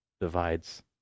divides